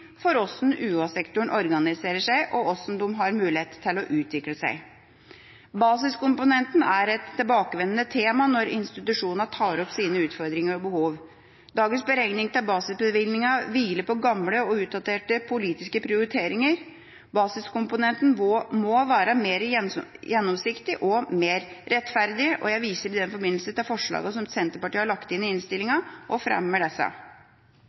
for hvordan UH-sektoren organiserer seg, og hvordan de har mulighet til å utvikle seg. Basiskomponenten er et tilbakevendende tema når institusjonene tar opp sine utfordringer og behov. Dagens beregning av basisbevilgninga hviler på gamle og utdaterte politiske prioriteringer. Basiskomponenten må være mer gjennomsiktig og mer rettferdig, og jeg viser i den forbindelse til forslagene som Senterpartiet har lagt inn i innstillinga, og fremmer disse.